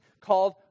called